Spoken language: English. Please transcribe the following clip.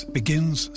begins